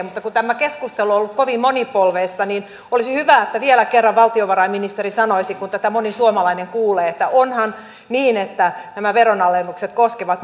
mutta kun tämä keskustelu on ollut kovin monipolvista niin olisi hyvä että vielä kerran valtiovarainministeri sanoisi kun tätä moni suomalainen kuulee että onhan niin että nämä veronalennukset koskevat